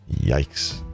yikes